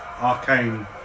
arcane